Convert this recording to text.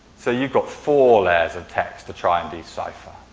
so, you've got four layers of text to try and decipher.